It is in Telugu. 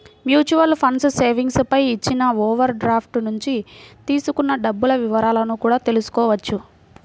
మ్యూచువల్ ఫండ్స్ సేవింగ్స్ పై ఇచ్చిన ఓవర్ డ్రాఫ్ట్ నుంచి తీసుకున్న డబ్బుల వివరాలను కూడా తెల్సుకోవచ్చు